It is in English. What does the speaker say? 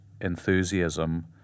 enthusiasm